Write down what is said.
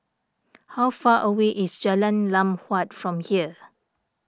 how far away is Jalan Lam Huat from here